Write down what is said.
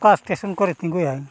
ᱚᱠᱟ ᱠᱚᱨᱮ ᱛᱤᱸᱜᱩᱭᱟᱭ